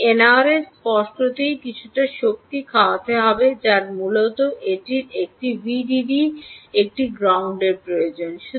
এই এনআরএফ স্পষ্টতই কিছুটা শক্তি ব্যবহার করতে হবে যার মূলত এটির একটি ভিডিডি এবং একটি গ্রাউন্ড প্রয়োজন